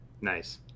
nice